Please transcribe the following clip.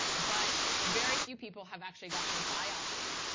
but very few people have actually gotten a biopsy.